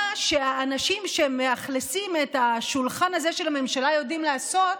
מה שהאנשים שמאכלסים את השולחן הזה של הממשלה יודעים לעשות